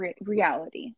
reality